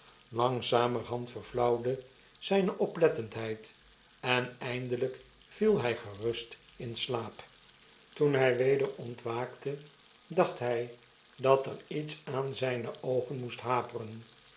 langzamerhand verflauwde zgne oplettendheid en eindelijk viel hg gerust in slaap toen hy weder ontwaakte dacht hy dat er iets aan zijne oogen moest haperen